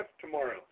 tomorrow